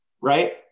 Right